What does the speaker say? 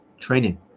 training